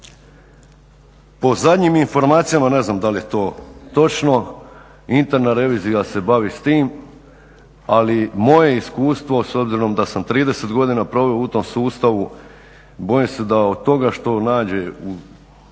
Po zadnjim informacijama, ne znam dal je to točno, Interna revizija se bavi s time, ali moje iskustvo, s obzirom da sam 30 godina proveo u tom sustavu, bojim se da od toga što utvrdi